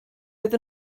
oedd